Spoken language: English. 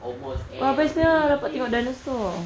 almost everyday